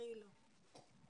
ב-20 ביוני ייגמר להם החוזה,